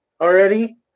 already